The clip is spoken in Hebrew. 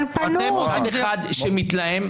אבל פירקתם ככה את כל משרדי הממשלה.